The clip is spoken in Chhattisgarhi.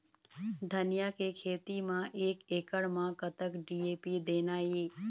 धनिया के खेती म एक एकड़ म कतक डी.ए.पी देना ये?